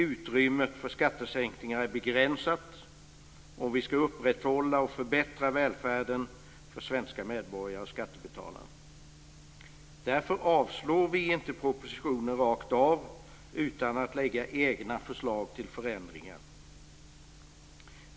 Utrymmet för skattesänkningar är begränsat om vi ska upprätthålla och förbättra välfärden för svenska medborgare och skattebetalare. Därför yrkar vi inte avslag på propositionen rakt av utan lägger i stället fram egna förslag till förändringar.